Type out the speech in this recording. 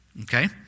okay